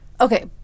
Okay